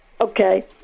Okay